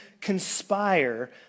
conspire